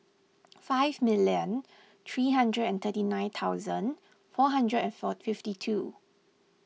five million three hundred and thirty nine thousand four hundred and four fifty two